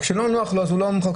וכשלא נוח לו אז הוא לא מחוקק.